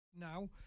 Now